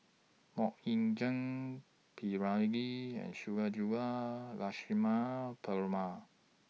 Mok Ying Jang P Ramlee and Sundarajulu Lakshmana Perumal